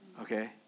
Okay